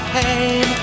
pain